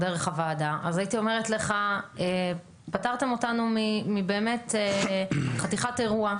דרך הוועדה אז הייתי אומרת לך: פטרת אותנו באמת מחתיכת אירוע.